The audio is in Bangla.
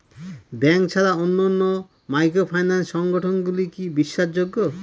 ব্যাংক ছাড়া অন্যান্য মাইক্রোফিন্যান্স সংগঠন গুলি কি বিশ্বাসযোগ্য?